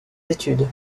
études